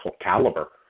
caliber